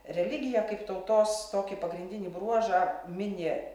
religiją kaip tautos tokį pagrindinį bruožą mini